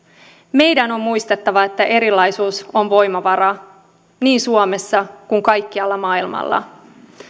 meidän on muistettava että erilaisuus on voimavara niin suomessa kuin kaikkialla maailmassa